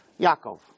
Yaakov